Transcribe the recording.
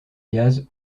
gaz